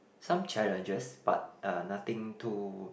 some challenges but uh nothing too